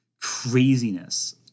craziness